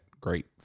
great